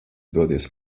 dodies